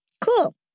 Cool